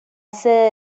sede